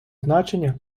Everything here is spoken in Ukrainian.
значення